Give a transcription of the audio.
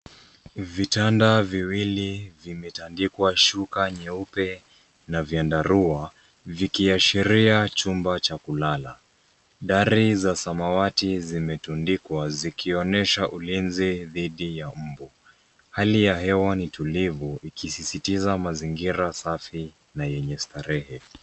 Vitanda viwili vimetandikwa shuka nyeupe na vyandarua vikiashiria chumba cha kulala. Dari za samawati zimetundikwa zikionyesha ulinzi dhidi ya mbu. Hali ya hewa ni tulivu ikisisitiza mazingira safi na yenye starehe.